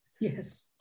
Yes